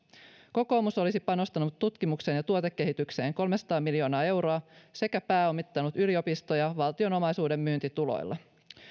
kokoomus olisi panostanut tutkimukseen ja tuotekehitykseen kolmesataa miljoonaa euroa sekä pääomittanut yliopistoja valtion omaisuuden myyntituloilla